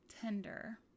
tender